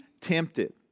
tempted